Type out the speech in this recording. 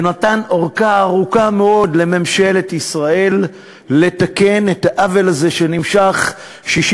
ונתן ארכה ארוכה מאוד לממשלת ישראל לתקן את העוול הזה שנמשך 65